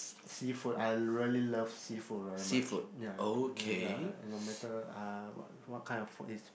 seafood I really love seafood very much ya ya no matter uh what what kind of food is